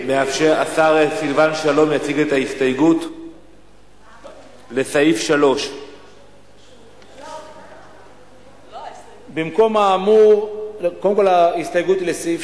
השר סילבן שלום יציג את ההסתייגות לסעיף 3. קודם כול ההסתייגות לסעיף